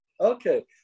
okay